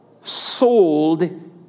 sold